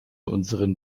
unseren